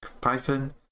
Python